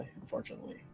unfortunately